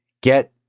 Get